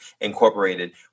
incorporated